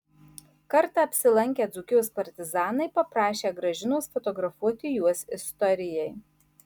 kartą apsilankę dzūkijos partizanai paprašę gražinos fotografuoti juos istorijai